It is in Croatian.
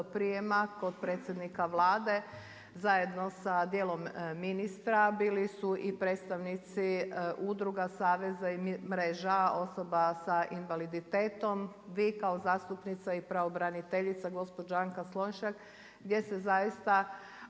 prijema, kod predsjednika Vlade zajedno sa dijelom ministra, bili su i predstavnici udruga, saveza i mreža osoba sa invaliditetom, vi kao zastupnica i pravobraniteljica gospođa Anka Slonjšak gdje se zaista